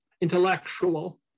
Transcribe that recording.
intellectual